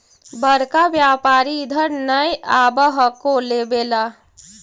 बड़का व्यापारि इधर नय आब हको लेबे ला?